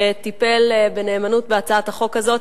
שטיפל בנאמנות בהצעת החוק הזאת.